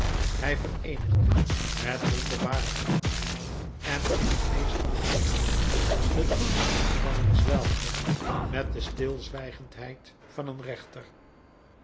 hij vereenigde met wonderbare knapheid en in een meesterlijke verhouding den dorst van een zwelger met de stilzwijgendheid van een rechter